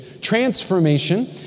transformation